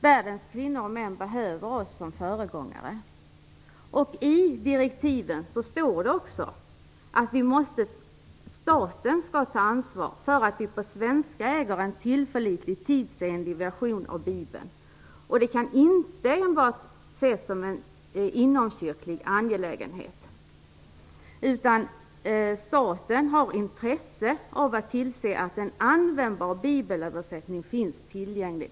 Världens kvinnor och män behöver oss som föregångare. I direktiven står det också att staten skall ta ansvar för att vi på svenska äger en tillförlitlig och tidsenlig version av Bibeln. Det kan inte enbart ses som en inomkyrklig angelägenhet, utan staten har intresse av att tillse att en användbar bibelöversättning finns tillgänglig.